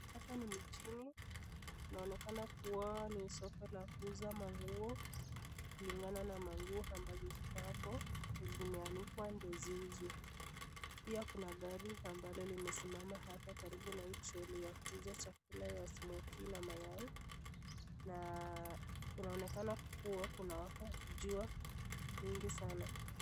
Hapa ni mjini ,inaonekana kuwa ni soko la kuuza manguo, kulingana na manguo ambazo ziko hapo, zimeanikwa ndio ziuzwe, pia kuna gari ambalo limesimama hapo karibu na hio troli ya kuuza smokii na mayai, na inaonekana kuwa kuna jua nyingi sana.